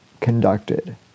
conducted